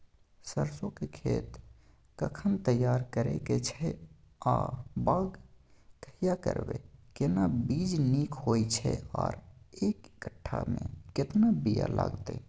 सरसो के खेत कखन तैयार करै के छै आ बाग कहिया करबै, केना बीज नीक होय छै आर एक कट्ठा मे केतना बीया लागतै?